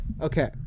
Okay